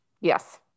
yes